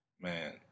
Man